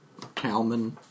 Calman